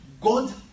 God